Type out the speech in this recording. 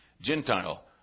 Gentile